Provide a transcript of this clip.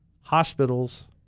hospitals